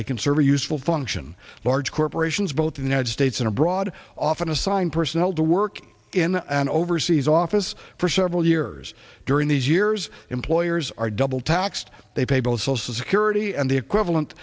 they can serve a useful function large corporations both the united states and abroad often assign personnel to work in an overseas office for several years during these years employers are double taxed they pay both social security and the equivalent